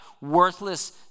worthless